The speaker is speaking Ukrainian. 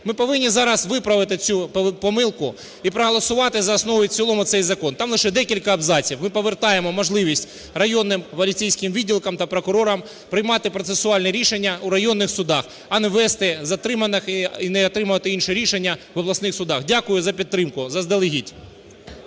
Ми повинні зараз виправити цю помилку і проголосувати за основу і в цілому цей закон. Там лише декілька абзаців: ми повертаємо можливість районним поліцейським відділкам та прокурорам приймати процесуальне рішення в районних судах, а не везти затриманих і не отримувати інше рішення в обласних судах. Дякую за підтримку заздалегідь.